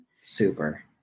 Super